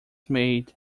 made